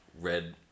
red